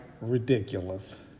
ridiculous